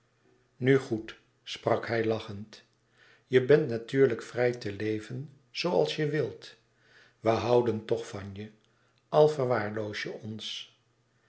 nu goed sprak hij lachend je bent natuurlijk vrij te leven zooals je wilt we houden tch van je al verwaarloos je ons